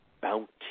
bounty